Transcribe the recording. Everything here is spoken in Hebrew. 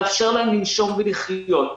לאפשר להם לנשום ולחיות,